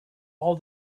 all